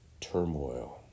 turmoil